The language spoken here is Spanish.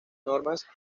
normas